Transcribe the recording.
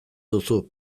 duzu